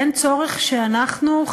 אין צורך שאנחנו,